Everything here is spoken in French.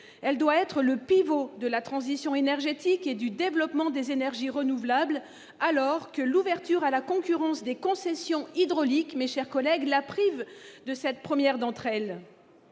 Elle doit être le pivot de la transition énergétique et du développement des énergies renouvelables, alors que l'ouverture à la concurrence des concessions hydrauliques la prive de la première d'entre elles.